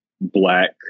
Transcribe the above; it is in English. black